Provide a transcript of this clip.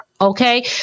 okay